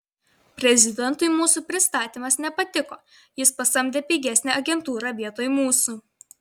prezidentui mūsų pristatymas nepatiko jis pasamdė pigesnę agentūrą vietoj mūsų